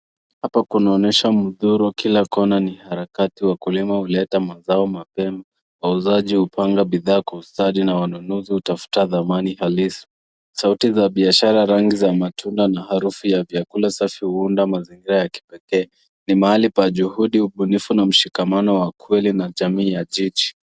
Hapa kunaonyesha Muthurwa, kila kona ni harakati, wakulima huleta mavuno mapema. Wauzaji hupanga bidhaa kwa ustadi na wanunuzi hutafuta dhamani halisi. Sauti za biashara, rangi za matunda na harufu ya vyakula safi huunda mazingira ya kipekee. Ni mahali pa juhudi, ubunifu na mshikamano wa kweli na jamii ya jiji.